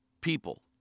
people